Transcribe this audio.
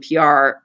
PR